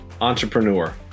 entrepreneur